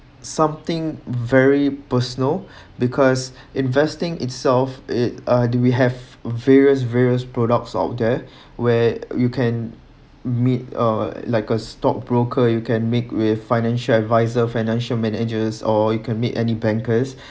something very personal because investing itself it uh do we have various various products out there where you can meet uh like a stockbroker you can make with financial adviser financial managers or you can meet any bankers